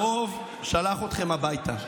הרוב שלח אתכם הביתה,